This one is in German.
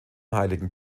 heiligen